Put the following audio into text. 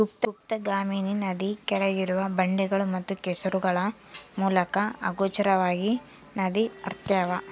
ಗುಪ್ತಗಾಮಿನಿ ನದಿ ಕೆಳಗಿರುವ ಬಂಡೆಗಳು ಮತ್ತು ಕೆಸರುಗಳ ಮೂಲಕ ಅಗೋಚರವಾಗಿ ನದಿ ಹರ್ತ್ಯಾವ